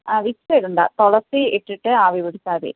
ആ വിക്ക്സ് ഇടേണ്ട തുളസി ഇട്ടിട്ട് ആവി പിടിച്ചാൽ മതി